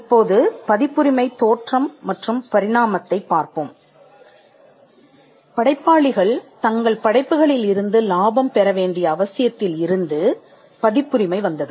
இப்போது பதிப்புரிமை தோற்றம் மற்றும் பரிணாமத்தைப் பார்ப்போம் படைப்பாளிகள் தங்கள் தங்கள் படைப்புகளில் இருந்து லாபம் பெற வேண்டிய அவசியத்தில் இருந்து பதிப்புரிமை வந்தது